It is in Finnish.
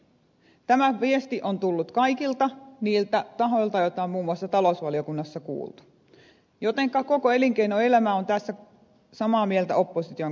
tämä viesti on tullut kaikilta niiltä tahoilta joita on muun muassa talousvaliokunnassa kuultu jotenka koko elinkeinoelämä on tässä samaa mieltä opposition kanssa